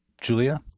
Julia